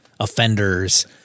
Offenders